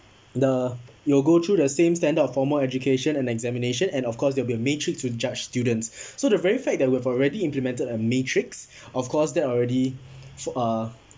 the it will go through the same standard of formal education and examination and of course there will be a matrix to judge students so the very fact that we've already implemented a matrix of course that already uh